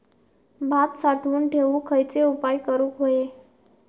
भात साठवून ठेवूक खयचे उपाय करूक व्हये?